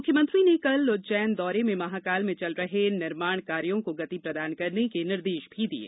मुख्यमंत्री ने कल उज्जैन दौरे में महाकाल में चल रहे निर्माण कार्यों को गति प्रदान करने के निर्देश भी दिये